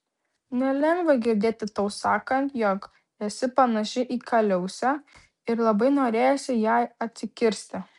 nelengva girdėti tau sakant jog esi panaši į kaliausę ir labai norėjosi jai atsikirsti